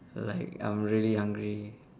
like I'm really hungry